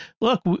look